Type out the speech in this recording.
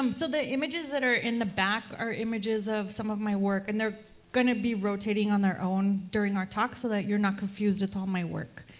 um so, the images that are in the back are images of some of my work, and they're going to be rotating on their own during our talk, so that you're not confused at all my work,